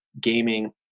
gaming